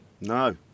No